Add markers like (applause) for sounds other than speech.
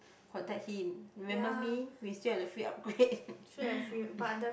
contact him remember me we still have the free upgrade (laughs)